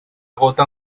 gota